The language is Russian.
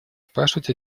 спрашивать